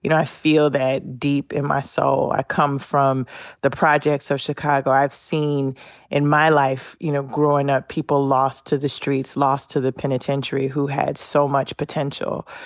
you know i feel that deep in my soul. i come from the projects of so chicago. i've seen in my life, you know, growing up people lost to the streets, lost to the penitentiary, who had so much potential.